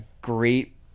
Great